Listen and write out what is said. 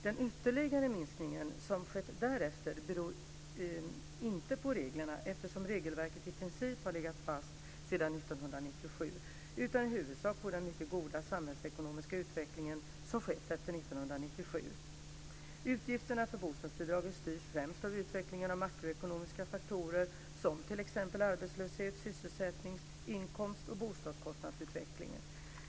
Den ytterligare minskning som skett därefter beror inte på reglerna, eftersom regelverket i princip har legat fast sedan 1997, utan i huvudsak på den mycket goda samhällsekonomiska utvecklingen som skett efter 1997. Utgifterna för bostadsbidraget styrs främst av utvecklingen av makroekonomiska faktorer som t.ex. arbetslöshets-, sysselsättnings-, inkomst och bostadskostnadsutvecklingen.